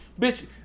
Bitch